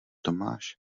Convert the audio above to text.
tomáš